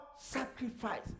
sacrifice